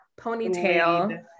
ponytail